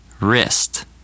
wrist